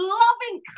loving